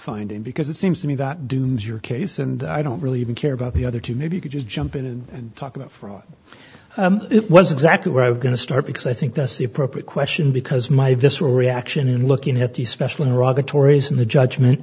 finding because it seems to me that dooms your case and i don't really even care about the other two maybe you could just jump in and talk about fraud it was exactly where i was going to start because i think that's the appropriate question because my visceral reaction in looking at the